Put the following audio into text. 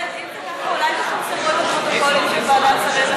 איילת, לוועדת שרים לחקיקה.